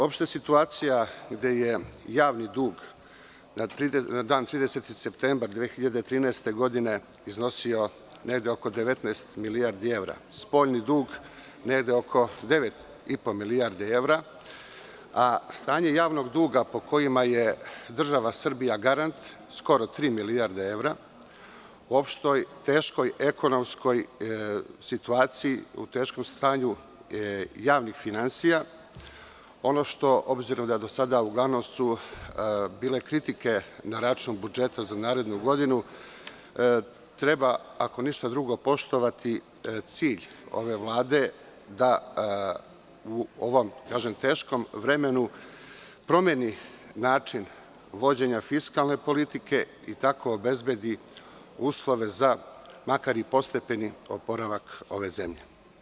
Opšta situacija gde je javni dug na dan 30. septembar 2013. godine iznosio negde oko 19 milijardi evra, spoljni dug negde oko devet i po milijardi evra, a stanje javnog duga po kojima je država Srbija garant skoro tri milijarde evra, u opštoj teškoj ekonomskoj situaciji, u teškom stanju javnih finansija, onošto, obzirom da su do sada uglavnom bile kritike na račun budžeta za narednu godinu, treba je, ako ništa drugo, poštovati cilj ove Vlade da u ovom teškom vremenu promeni način vođenja fiskalne politike i tako obezbedi uslove za makar i postepeni oporavak ove zemlje.